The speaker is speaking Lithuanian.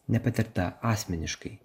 nepatirta asmeniškai